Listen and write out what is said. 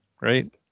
right